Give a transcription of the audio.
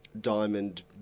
diamond